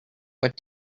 what